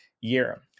year